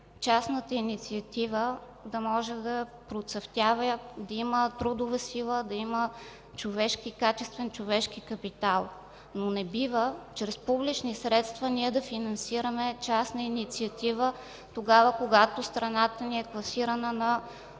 частната инициатива да може да процъфтява, да има трудова сила, да има качествен човешки капитал. Не бива чрез публични средства да финансираме частна инициатива тогава, когато страната ни е класирана на